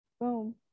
boom